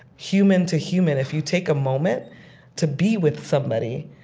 human to human, if you take a moment to be with somebody,